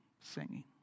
singing